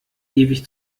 ewig